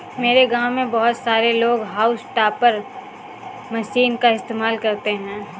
मेरे गांव में बहुत सारे लोग हाउस टॉपर मशीन का इस्तेमाल करते हैं